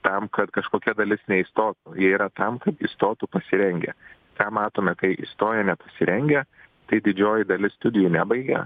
tam kad kažkokia dalis neįstotų jie yra tam kad įstotų pasirengę ką matome kai įstoja nepasirengę tai didžioji dalis studijų nebaigia